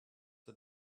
the